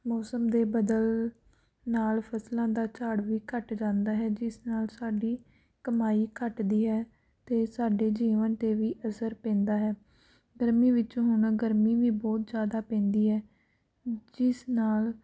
ਮੌਸਮ ਦੇ ਬਦਲ ਨਾਲ ਫਸਲਾਂ ਦਾ ਝਾੜ ਵੀ ਘੱਟ ਜਾਂਦਾ ਹੈ ਜਿਸ ਨਾਲ ਸਾਡੀ ਕਮਾਈ ਘੱਟਦੀ ਹੈ ਅਤੇ ਸਾਡੇ ਜੀਵਨ 'ਤੇ ਵੀ ਅਸਰ ਪੈਂਦਾ ਹੈ ਗਰਮੀ ਵਿੱਚ ਹੁਣ ਗਰਮੀ ਵੀ ਬਹੁਤ ਜ਼ਿਆਦਾ ਪੈਂਦੀ ਹੈ ਜਿਸ ਨਾਲ